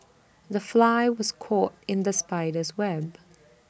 the fly was caught in the spider's web